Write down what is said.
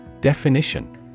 Definition